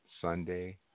Sunday